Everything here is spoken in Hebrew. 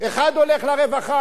אחד הולך לרווחה,